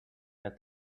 all